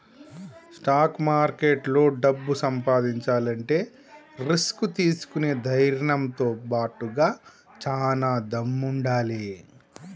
stock మార్కెట్లో డబ్బు సంపాదించాలంటే రిస్క్ తీసుకునే ధైర్నంతో బాటుగా చానా దమ్ముండాలే